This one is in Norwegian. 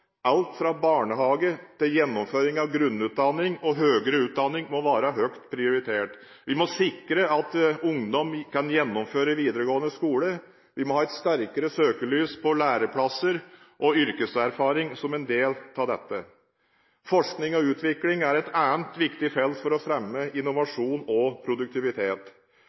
Alt fra barnehage til gjennomføring av grunnutdanning og høyere utdanning må være høyt prioritert. Vi må sikre at ungdom kan gjennomføre videregående skole. Vi må ha et sterkere søkelys på læreplasser og yrkeserfaring som en del av dette. Forskning og utvikling er et annet viktig felt for å fremme innovasjon og produktivitet.